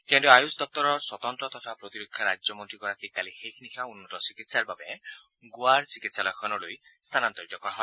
কেন্দ্ৰীয় আয়ুষ দপ্তৰৰ স্বতন্ত্ৰ তথা প্ৰতিৰক্ষা ৰাজ্যমন্ত্ৰীগৰাকীক কালি শেষ নিশা উন্নত চিকিৎসাৰ বাবে গোৱাৰ চিকিৎসালয়খনলৈ স্থানান্তৰিত কৰা হয়